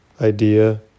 idea